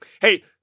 Hey